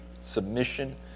submission